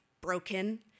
broken